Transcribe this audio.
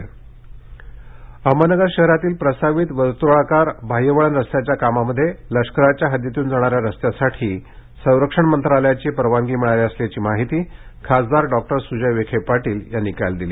नगर बाह्यवळण रस्ता अहमदनगर शहरातील प्रस्तावित वर्तुळाकार बाह्यवळण रस्त्याच्या कामामध्ये लष्कराच्या हद्दीतून जाणाऱ्या रस्त्यासाठी संरक्षण मंत्रालयाची परवानगी मिळाली असल्याची माहिती खासदार डॉक्टर सुजय विखे पाटील यांनी काल दिली